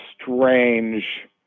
strange